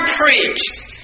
preached